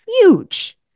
Huge